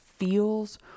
Feels